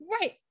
Right